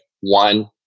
one